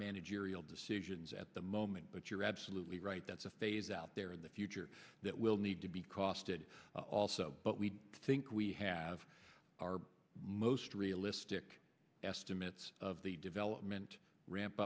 managerial decisions at the moment but you're absolutely right that's a phase out there in the future that will need to be cost it also but we think we have our most realistic estimates of the development ramp